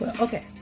Okay